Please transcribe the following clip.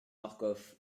marcof